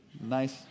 nice